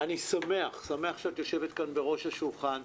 אני שמח שאת יושבת כאן בראש השולחן,